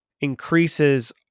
increases